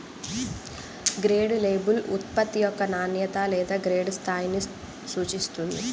grade label ఉత్పత్తి యొక్క నాణ్యత లేదా గ్రేడ్ స్థాయిని సూచిస్తుంది